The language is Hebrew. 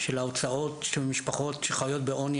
של ההוצאות של משפחות שחיות בעוני,